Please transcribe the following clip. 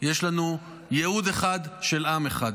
יש לנו ייעוד אחד של עם אחד.